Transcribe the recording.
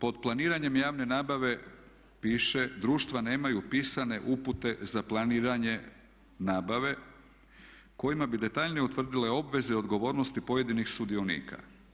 Pod planiranjem javne nabave piše, društva nemaju pisane upute za planiranje nabave kojima bi detaljnije utvrdile obveze i odgovornosti pojedinih sudionika.